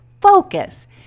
focus